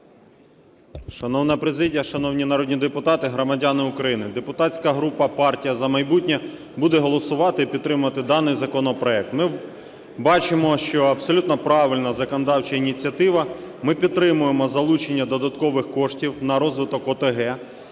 Шановна президія, шановні народні депутати! Громадяни України! Депутатська група "Партія "За майбутнє" буде голосувати і підтримувати даний законопроект. Ми бачимо, що абсолютно правильна законодавча ініціатива. Ми підтримуємо залучення додаткових коштів на розвиток ОТГ.